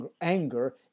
anger